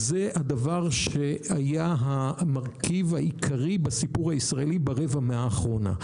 זה הדבר שהיה המרכיב העיקרי בסיפור הישראלי ברבע מאה האחרונה.